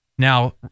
Now